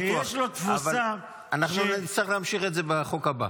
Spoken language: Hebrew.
אבל נצטרך להמשיך את זה בחוק הבא,